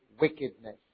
wickedness